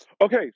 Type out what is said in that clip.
Okay